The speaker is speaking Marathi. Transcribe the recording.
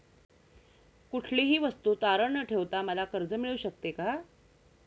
कुठलीही वस्तू तारण न ठेवता मला कर्ज मिळू शकते का?